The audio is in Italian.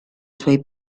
suoi